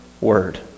word